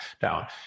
down